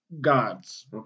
gods